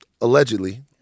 allegedly